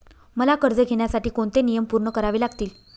मला कर्ज घेण्यासाठी कोणते नियम पूर्ण करावे लागतील?